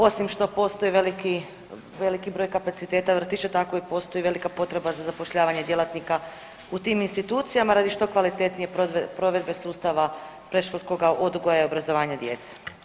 Osim što postoji veliki, veliki broj kapaciteta vrtića tako i postoji velika potreba za zapošljavanje djelatnika u tim institucijama radi što kvalitetnije provedbe sustava predškolskoga odgoja i obrazovanja djece.